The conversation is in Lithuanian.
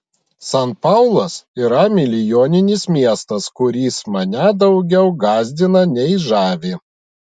san paulas yra milijoninis miestas kuris mane daugiau gąsdina nei žavi